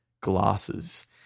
glasses